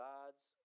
God's